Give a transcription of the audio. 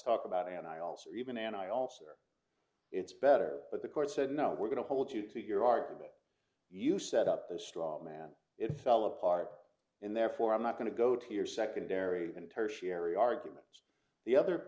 talk about it and i also even and i also there it's better but the court said no we're going to hold you to your argument you set up a straw man it fell apart and therefore i'm not going to go to your secondary and tertiary arguments the other